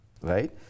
right